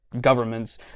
governments